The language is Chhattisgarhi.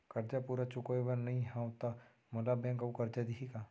करजा पूरा चुकोय नई हव त मोला बैंक अऊ करजा दिही का?